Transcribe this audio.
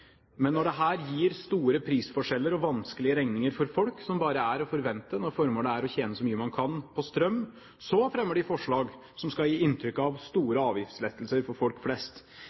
Men når dette gir store prisforskjeller og vanskelige regninger for folk, som bare er å forvente når formålet er å tjene så mye man kan på strøm, fremmer de forslag som skal gi inntrykk av store avgiftslettelser for folk flest.